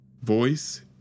voice